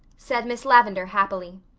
said miss lavendar happily.